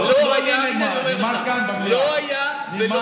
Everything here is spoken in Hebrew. הינה, אני אומר לך, לא היה ולא נברא.